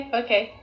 okay